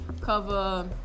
cover